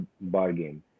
bargain